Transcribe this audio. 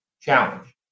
challenge